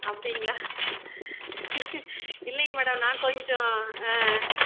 அப்படிங்களா இல்லைங்க மேடம் நான் கொஞ்சம்